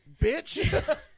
bitch